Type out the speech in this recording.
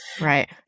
Right